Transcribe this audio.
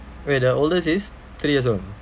wait the oldest is three years old